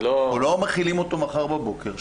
אנחנו לא מחילים אותו מחר בבוקר.